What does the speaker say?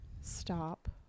Stop